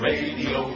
Radio